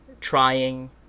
trying